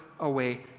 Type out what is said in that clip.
away